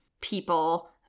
people